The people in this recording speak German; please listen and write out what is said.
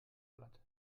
platt